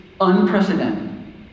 unprecedented